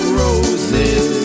roses